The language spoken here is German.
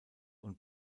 und